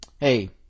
Hey